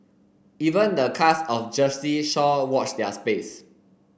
even the cast of Jersey Shore watch their space